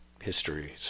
history